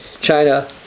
China